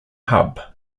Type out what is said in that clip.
hub